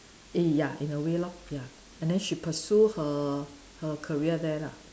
eh ya in a way lor ya and then she pursue her her career there lah